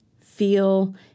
feel